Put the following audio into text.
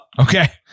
Okay